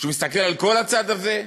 שמסתכל על כל הצד הזה,